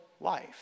life